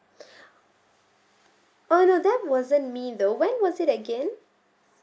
oh no that wasn't me though when was it again